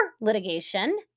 litigation